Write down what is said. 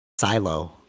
Silo